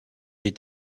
est